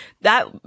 that-